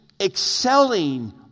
excelling